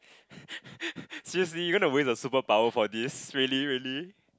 seriously you're gonna waste a superpower for this really really